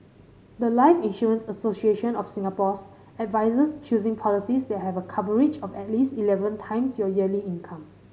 the life Insurance Association of Singapore's advises choosing policies that have a coverage of at least eleven times your yearly income